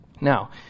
Now